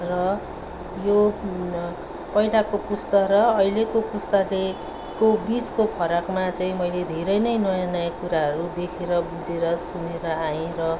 र यो पहिलाको पुस्ता र अहिलेको पुस्तालेको बिचको फरकमा चाहिँ मैले धेरै नै नयाँ नयाँ कुराहरू देखेर बुझेर सुनेर आएँ